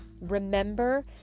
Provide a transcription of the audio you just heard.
Remember